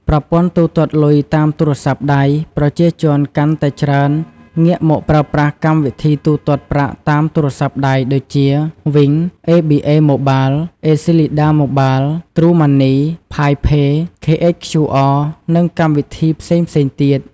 ប្រព័ន្ធទូទាត់លុយតាមទូរស័ព្ទដៃ ប្រជាជនកាន់តែច្រើនងាកមកប្រើប្រាស់កម្មវិធីទូទាត់ប្រាក់តាមទូរស័ព្ទដៃដូចជា វីង (Wing), អេប៊ីអេ ម៉ូបាល (ABA Mobile), អេស៊ីលីដា ម៉ូបាល (Acleda Mobile), ទ្រូ ម៉ាន់នី (TrueMoney), ផាយ ផេរ (Pi Pay), ខេ អេច ខ្យូ អរ (KHQR) និងកម្មវិធីផ្សេងៗទៀត។